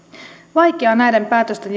vaikea näiden päätösten